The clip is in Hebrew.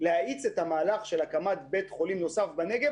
להאיץ את המהלך של הקמת בית חולים נוסף בנגב.